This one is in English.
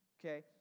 okay